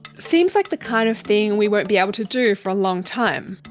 seems like the kind of thing we won't be able to do for a long time.